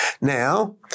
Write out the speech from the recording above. Now